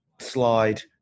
slide